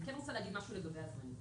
אבל אני כן רוצה להגיד משהו לגבי הדברים.